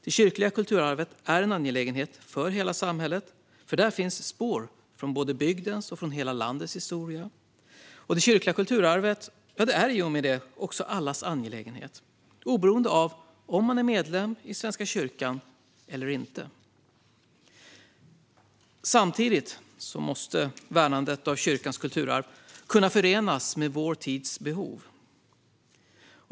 Det kyrkliga kulturarvet är en angelägenhet för hela samhället, för där finns spår från både bygdens och hela landets historia. Det kyrkliga kulturarvet är därmed också allas angelägenhet, oberoende av om man är medlem i Svenska kyrkan eller inte. Samtidigt måste värnandet av kyrkans kulturarv kunna förenas med vår tids behov.